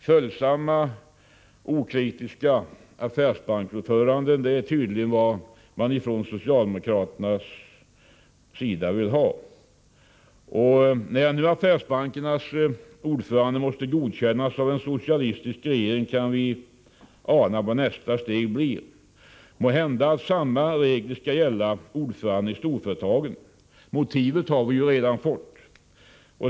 Följsamma, okritiska affärsbanksordföranden är tydligen vad socialdemokraterna vill ha. När nu affärsbankernas ordföranden måste godkännas av en socialistisk regering kan vi ana vad nästa steg blir. Måhända samma regler skall gälla ordföranden i storföretagen. Motivet har vi redan fått.